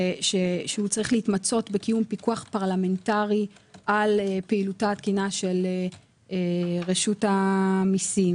שצריך להתמצות בקיום פיקוח פרלמנטרי על פעילותה התקינה של רשות המיסים,